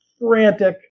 frantic